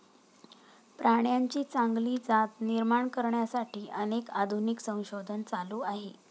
प्राण्यांची चांगली जात निर्माण करण्यासाठी अनेक आधुनिक संशोधन चालू आहे